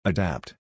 Adapt